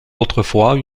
autrefois